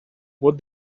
what